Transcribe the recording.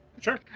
Sure